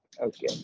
Okay